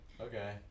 Okay